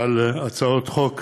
על הצעות חוק